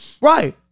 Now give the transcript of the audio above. Right